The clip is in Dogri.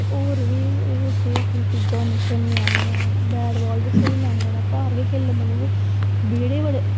ते होर बी होर केह् केह् चीजां होंदियां खेलने आह्लियां बैट बॉल बी खेली लैंदे न घर गै खेली लैंदे क्योंकि बेह्ड़े बड़े